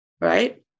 right